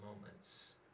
moments